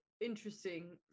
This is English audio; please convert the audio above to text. interesting